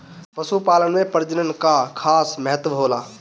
पशुपालन में प्रजनन कअ खास महत्व होला